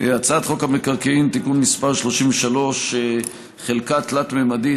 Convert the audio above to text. הצעת חוק המקרקעין (תיקון מס' 33) (חלקה תלת-ממדית),